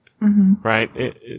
right